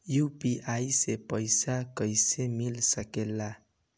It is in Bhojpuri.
यू.पी.आई से पइसा कईसे मिल सके ला?